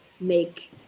make